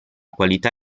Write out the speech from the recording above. qualità